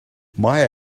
might